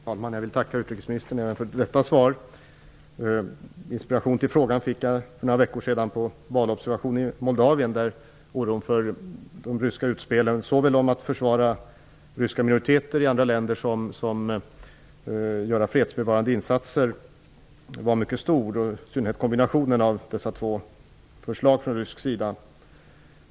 Fru talman! Jag vill tacka utrikesministern även för detta svar. Inspirationen till frågan fick jag för några veckor sedan i samband med valobservation i Moldavien. Oron för de ryska utspelen för att försvara ryska minoriteter i andra länder och för att genomföra fredsbevarande insatser var mycket stor. Oron var i synnerhet stor över kombinationen av dessa två förslag från rysk sida.